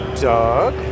Doug